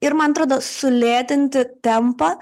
ir man atrodo sulėtinti tempą